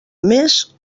més